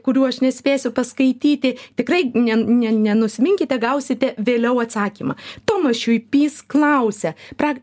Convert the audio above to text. kurių aš nespėsiu paskaityti tikrai ne ne nenusiminkite gausite vėliau atsakymą tomas šiuipys klausia prak